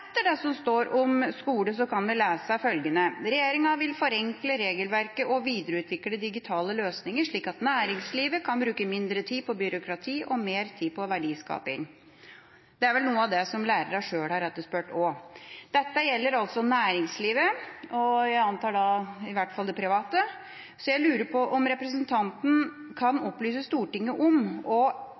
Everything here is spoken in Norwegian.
etter det som står om skole, kan vi lese følgende: «Regjeringen vil forenkle regelverket og videreutvikle digitale løsninger, slik at næringslivet kan bruke mindre tid på byråkrati og mer på verdiskaping.» Det er vel noe av det som lærerne sjøl har etterspurt også. Dette gjelder altså næringslivet – jeg antar i hvert fall det private. Jeg lurer på om representanten kan opplyse Stortinget om – og eventuelt på hvilken måte – de ønsker å